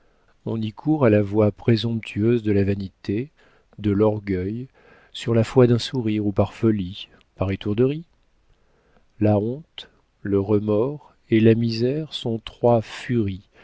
on y court à la voix présomptueuse de la vanité de l'orgueil sur la foi d'un sourire ou par folie par étourderie la honte le remords et la misère sont trois furies